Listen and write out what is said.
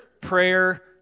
prayer